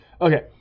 Okay